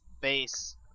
base